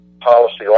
policy